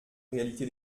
réalité